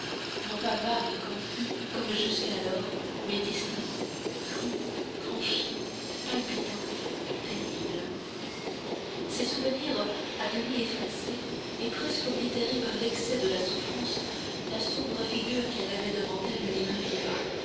non pas vagues et confus comme jusqu'alors mais distincts crus tranchés palpitants terribles ces souvenirs à demi effacés et presque oblitérés par l'excès de la souffrance la sombre figure qu'elle avait devant elle les raviva